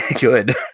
good